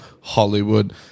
Hollywood